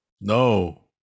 No